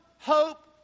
hope